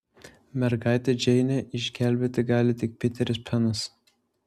mergaitę džeinę išgelbėti gali tik piteris penas